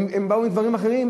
הם באו עם דברים אחרים,